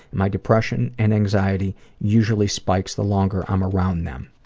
my depression and anxiety usually spikes the longer i'm around them.